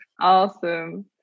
Awesome